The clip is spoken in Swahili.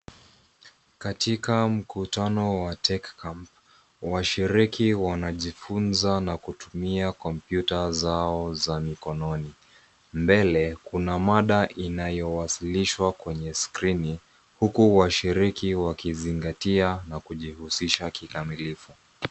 Katika mkutano wa tech camp , washiriki wanajifunza na kutumia kompyuta zao za mikononi. Mbele, kuna mada inayowasilishwa kwenye skrini, huku washiriki wakizingatia na kujihusisha kikamilifu.